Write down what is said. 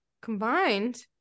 combined